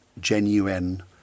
genuine